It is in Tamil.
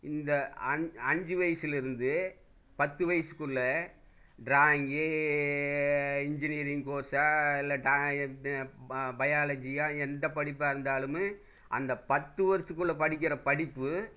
இந்த அஞ்சு வயசிலேருந்து பத்து வயசுக்குள்ள டிராயிங்கி இன்ஜினியரிங் கோர்ஸா இல்லை பயாலஜியா எந்த படிப்பாக இருந்தாலும் அந்த பத்து வருஷத்துக்குள்ளே படிக்கிற படிப்பு